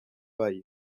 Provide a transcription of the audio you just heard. travail